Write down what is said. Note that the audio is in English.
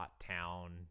town